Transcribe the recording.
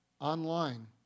online